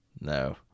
No